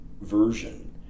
version